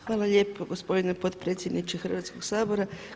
Hvala lijepo gospodine potpredsjedniče Hrvatskog sabora.